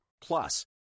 Plus